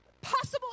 possible